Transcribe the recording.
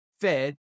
Fed